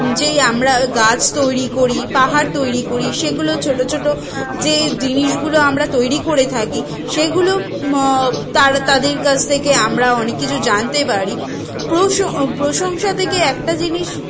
যে আমরা গাছ তৈরি করি পাহাড় তৈরি করি সেগুলো ছোটো ছোটো যে জিনিসগুলো আমরা তৈরি করে থাকি সেগুলো ম তারা তাদের কাছ থেকে আমরা অনেক কিছু জানতে পারি প্রোশো প্রশংসা থেকে একটা জিনিস